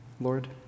Lord